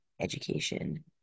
education